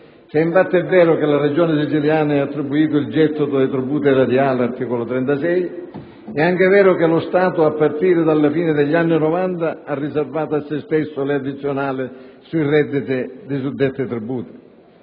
infatti, che alla Regione siciliana è attribuito il gettito dei tributi erariali (all'articolo 36), è anche vero che lo Stato, a partire dalla fine degli anni '90, ha riservato a se stesso le addizionali sui suddetti tributi.